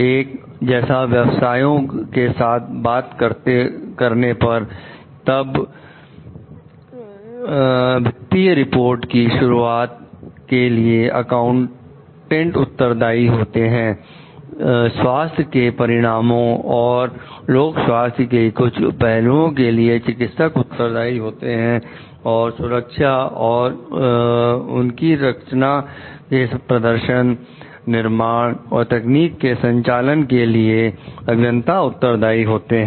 एक जैसे व्यवसायो के साथ बात करने पर तब वित्तीय रिपोर्ट की शुद्धता के लिए अकाउंटेंट उत्तरदाई होते हैं स्वास्थ्य के परिणामों औरलोक स्वास्थ्य के कुछ पहलुओं के लिए चिकित्सक उत्तरदाई होते हैं और सुरक्षा और उनकी रचना के प्रदर्शन निर्माण और तकनीक के संचालन के लिए अभियंता उत्तरदाई होते हैं